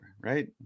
right